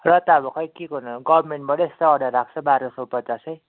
र त अब खोइ के गर्नु गभर्नमेन्टबाटै यस्तो अर्डर आएको छ बाह्र सौ पचासै